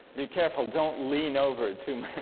be careful don't lean over too